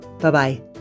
Bye-bye